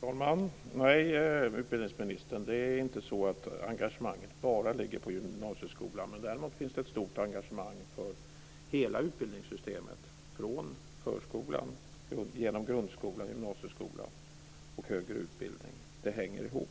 Fru talman! Nej, utbildningsministern, engagemanget handlar inte bara om gymnasieskolan. Däremot finns det ett stort engagemang för hela utbildningssystemet, från förskolan, genom grundskolan och gymnasieskolan till högre utbildning. Det hänger ihop.